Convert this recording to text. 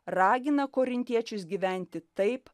ragina korintiečius gyventi taip